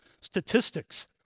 statistics